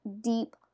deep